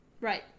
Right